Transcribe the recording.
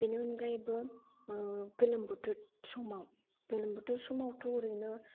बेनि अनगायैबो गोलोम बोथोर समाव गोलोम बोथोर समावथ' ओरैनो